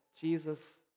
Jesus